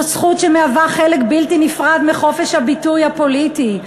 זו זכות שהיא חלק בלתי נפרד מחופש הביטוי הפוליטי.